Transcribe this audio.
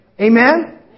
Amen